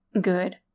Good